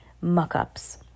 muck-ups